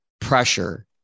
pressure